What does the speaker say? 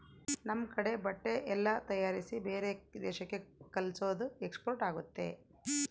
ನಮ್ ಕಡೆ ಬಟ್ಟೆ ಎಲ್ಲ ತಯಾರಿಸಿ ಬೇರೆ ದೇಶಕ್ಕೆ ಕಲ್ಸೋದು ಎಕ್ಸ್ಪೋರ್ಟ್ ಆಗುತ್ತೆ